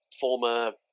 Former